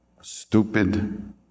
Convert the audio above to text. stupid